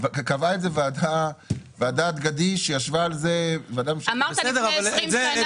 קבעה את זה ועדת גדיש שישבה על זה --- את זה הבנו,